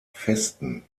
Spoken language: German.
festen